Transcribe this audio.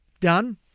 done